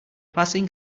passing